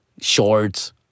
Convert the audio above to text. shorts